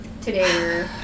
Today